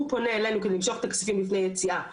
הוא פונה אלינו כדי למשוך את הכספים לפני יציאה,